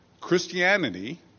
Christianity